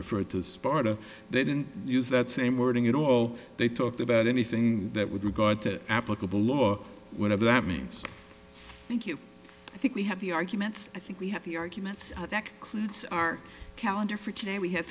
referred to sparta they didn't use that same wording in all they talked about anything that with regard to applicable law whatever that means thank you i think we have the arguments i think we have the arguments that clips our calendar for today we ha